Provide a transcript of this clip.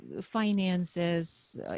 finances